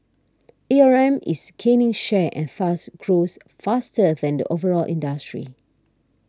A R M is gaining share and thus grows faster than the overall industry